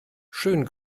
schön